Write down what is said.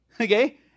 Okay